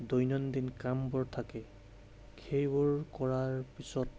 দৈনন্দিন কামবোৰ থাকে সেইবোৰ কৰাৰ পিছত